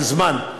על זמן.